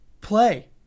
play